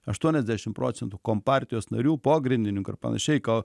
aštuoniasdešimt procentų kompartijos narių pogrindininkų ir panašiai kol